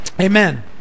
Amen